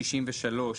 סעיפים.